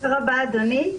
תודה רבה, אדוני,